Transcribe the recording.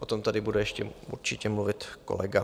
O tom tady bude ještě určitě mluvit kolega.